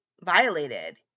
violated